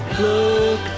Look